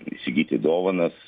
įsigyti dovanas